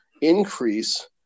increase